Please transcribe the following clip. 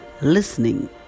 listening